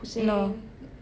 no